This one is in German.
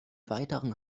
weiteren